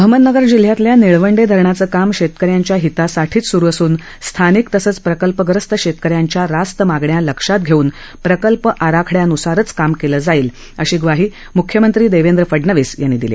अहमदनगर जिल्ह्यातल्या निळवंडे धरणाचं काम शेतकऱ्यांच्या हितासाठीच सुरू असुन स्थानिक तसंच प्रकल्पग्रस्त शेतकऱ्यांच्या रास्त मागण्या लक्षात घेऊन प्रकल्प आराखडयानुसारच काम केलं जाईल अशी ग्वाही मुख्यमंत्री देवेंद्र फडणवीस यांनी दिली